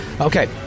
Okay